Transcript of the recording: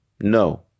No